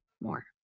more